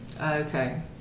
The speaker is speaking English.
Okay